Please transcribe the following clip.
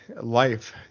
life